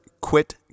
quit